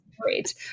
great